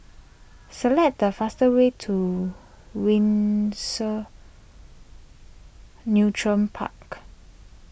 select the faster way to Windsor neutron Park